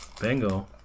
Bingo